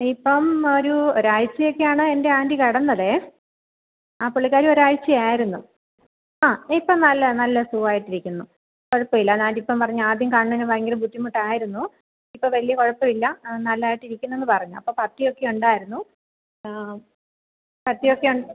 ഇപ്പം ഒരു ഒരായ്ച്ചയൊക്കെയാണ് എൻ്റെ ആൻ്റി കിടന്നതേ ആ പുള്ളിക്കാരി ഒരാഴ്ച്ചയായിരുന്നു ആ ഇപ്പം നല്ല നല്ല സുഖമായിട്ടിരിക്കുന്നു കുഴപ്പം ഇല്ല എന്നാണിപ്പം പറഞ്ഞത് ആദ്യം കണ്ണിന് ഭയങ്കര ബുദ്ധിമുട്ടായിരുന്നു ഇപ്പം വലിയ കുഴപ്പം ഇല്ല നല്ലതായിട്ടിരിക്കുന്നെന്ന് പറഞ്ഞു അപ്പോൾ പത്ത്യമൊക്കെ ഉണ്ടായിരുന്നു പത്ത്യമൊക്കെയുണ്ട്